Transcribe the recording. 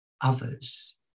others